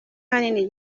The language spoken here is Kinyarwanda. ahanini